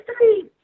three